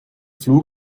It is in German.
flug